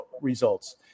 results